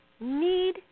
need